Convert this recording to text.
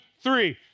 three